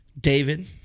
David